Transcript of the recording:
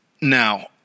Now